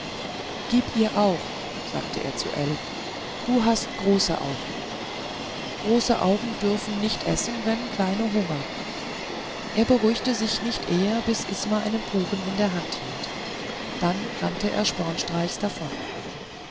gib ihr auch sagte er zu ell du hast große augen große augen dürfen nicht essen wenn kleine hungern er beruhigte sich nicht eher bis isma einen kuchen in der hand hielt dann rannte er spornstreichs davon